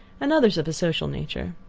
and others of a social nature.